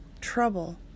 trouble